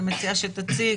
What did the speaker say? אני מציעה שתציג,